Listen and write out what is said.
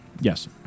Yes